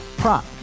prop